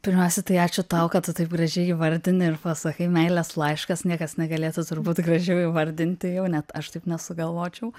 pirmiausia tai ačiū tau kad tu taip gražiai įvardinti ir pasakai meilės laiškas niekas negalėtų turbūt gražiau įvardinti jau net aš taip nesugalvočiau